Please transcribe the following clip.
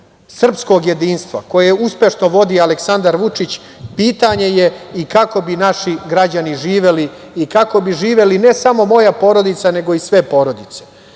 srpskog jedinstva, koju uspešno vodi Aleksandar Vučić, pitanje je i kako bi naši građani živeli i kako bi živeli, ne samo moja porodica, nego i sve porodice. Smatram